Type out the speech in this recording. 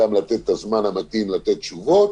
גם לתת את הזמן המתאים לתת תשובות,